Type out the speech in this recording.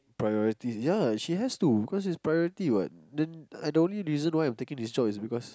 priorities ya she has to because it's priority what then the only reason why I'm taking this job is because